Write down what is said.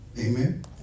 Amen